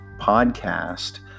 podcast